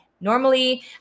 Normally